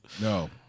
No